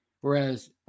whereas